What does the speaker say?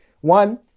One